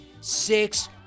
six